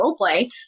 Roleplay